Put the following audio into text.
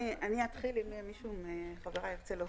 אני אתחיל, ואולי מישהו מחבריי ירצה להוסיף.